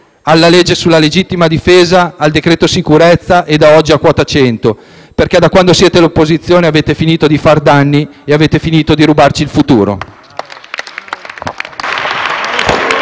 alla legge sulla legittima difesa e al decreto-legge sicurezza e, da oggi, a quota 100. Perché, da quando siete all'opposizione, avete finito di fare danni e avete finito di rubarci il futuro.